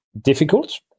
difficult